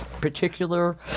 particular